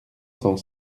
cent